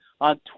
on